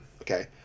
okay